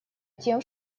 тем